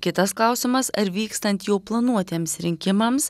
kitas klausimas ar vykstant jau planuotiems rinkimams